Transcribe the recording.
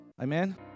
Amen